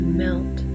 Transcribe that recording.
melt